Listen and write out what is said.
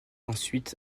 ensuite